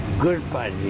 good bye,